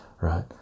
right